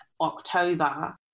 October